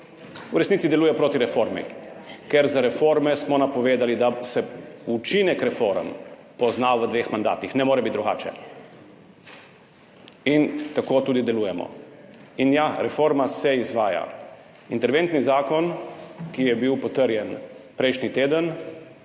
v resnici deluje proti reformi, ker za reforme smo napovedali, da se učinek reform pozna v dveh mandatih, ne more biti drugače. In tako tudi delujem. In ja, reforma se izvaja. Interventni zakon, ki je bil potrjen prejšnji teden,